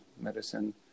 medicine